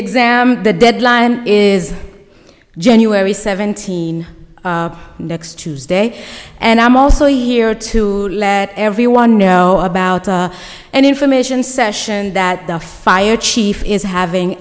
exam the deadline is january seventeenth next tuesday and i'm also here to let everyone know about and information session that the fire chief is having